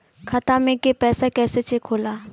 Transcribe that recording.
खाता में के पैसा कैसे चेक होला?